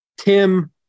Tim